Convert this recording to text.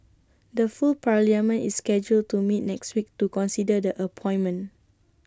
the full parliament is scheduled to meet next week to consider the appointment